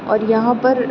اور یہاں پر